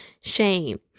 shame